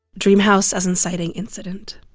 dream house as inciting incident.